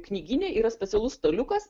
knygyne yra specialus staliukas